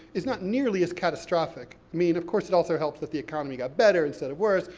is not nearly as catastrophic. meaning of course, it also helps that the economy got better instead of worse,